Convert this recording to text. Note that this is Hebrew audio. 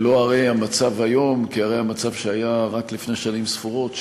לא הרי המצב היום כהרי המצב שהיה רק לפני שנים ספורות,